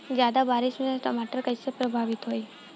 ज्यादा बारिस से टमाटर कइसे प्रभावित होयी?